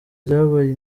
ryabaye